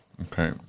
Okay